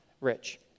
rich